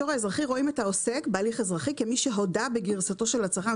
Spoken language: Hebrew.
האזרחי רואים את העוסק בהליך אזרחי כמי שהודה בגרסתו של הצרכן.